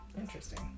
Interesting